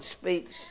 speaks